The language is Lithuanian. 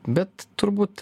bet turbūt